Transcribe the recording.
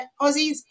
Aussies